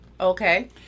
Okay